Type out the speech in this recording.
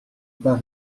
pas